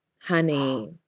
Honey